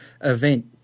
event